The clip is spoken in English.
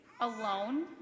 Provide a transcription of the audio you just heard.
alone